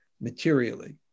materially